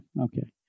okay